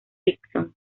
dixon